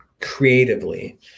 creatively